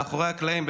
מאחורי הקלעים,